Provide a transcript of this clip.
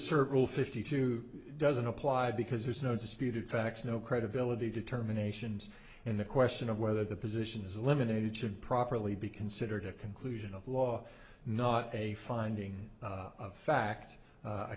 circle fifty two doesn't apply because there's no disputed facts no credibility determinations and the question of whether the position is eliminated should properly be considered a conclusion of law not a finding of fact